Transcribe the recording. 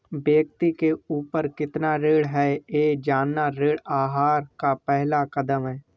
व्यक्ति के ऊपर कितना ऋण है यह जानना ऋण आहार का पहला कदम है